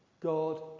God